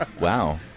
Wow